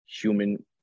human